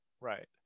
Right